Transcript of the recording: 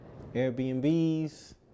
Airbnbs